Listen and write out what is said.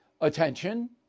attention